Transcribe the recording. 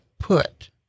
put